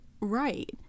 Right